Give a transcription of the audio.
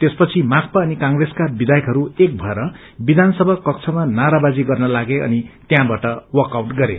त्यसपछि माकपा अनि कंग्रेसका विधायक एक भएर विधानसभा कक्षमा नाराबाजी गर्न लागे अनि वक आउट गरे